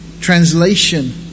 translation